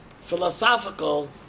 philosophical